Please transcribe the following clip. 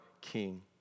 King